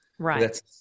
Right